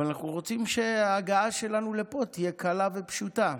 אבל אנחנו רוצים שההגעה שלנו לפה תהיה קלה ופשוטה.